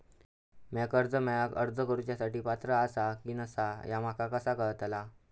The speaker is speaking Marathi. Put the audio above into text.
म्या कर्जा मेळाक अर्ज करुच्या साठी पात्र आसा की नसा ह्या माका कसा कळतल?